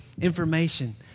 information